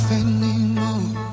anymore